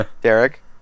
Derek